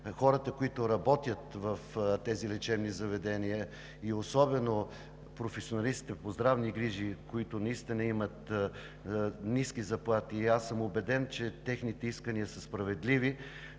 хората, които работят в тези лечебни заведения, и особено за професионалистите по здравни грижи, които наистина имат ниски заплати, и аз съм убеден, че техните искания са справедливи,